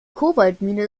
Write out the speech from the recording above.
kobaltmine